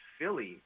Philly